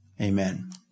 Amen